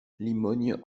limogne